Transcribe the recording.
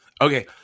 Okay